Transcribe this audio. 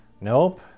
Nope